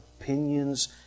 opinions